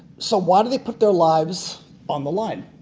so why do they put their lives on the line?